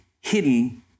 hidden